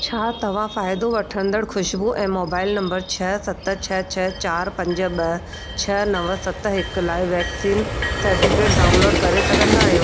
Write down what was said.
छा तव्हां फ़ाइदो वठंदड़ ख़ुशबू ऐं मोबाइल नंबर छह सत छह छह चारि पंज ॿ छह नव सत हिकु लाइ वैक्सीन सटिफिकेट डाउनलोड करे सघंदा आयो